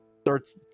starts